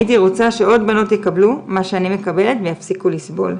הייתי רוצה שעוד בנות יקבלו מה שאני מקבלת ויפסיקו לסבול.